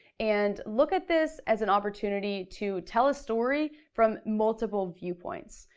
and look at this as an opportunity to tell a story from multiple viewpoints.